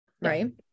right